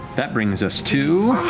that brings us to